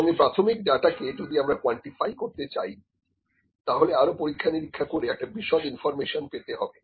এবং এই প্রাথমিক ডাটাকে যদি আমরা কোয়ানটিফাই করতে চাই তাহলে আরো পরীক্ষা নিরীক্ষা করে একটা বিশদ ইনফর্মেশন পেতে হবে